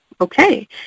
okay